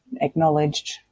acknowledged